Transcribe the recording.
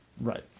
Right